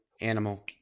animal